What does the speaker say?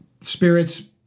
spirits